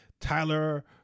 Tyler